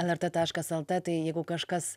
lrt taškas el t tai jeigu kažkas